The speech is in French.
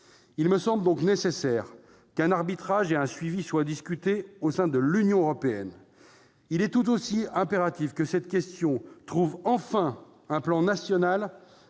Il me semble donc nécessaire qu'un arbitrage et un suivi fassent l'objet de discussions au sein de l'Union européenne. Il est tout aussi impératif que cette question trouve enfin, au sein du plan national